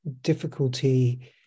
difficulty